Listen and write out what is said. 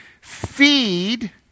feed